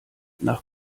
nach